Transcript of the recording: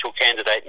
candidate